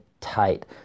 tight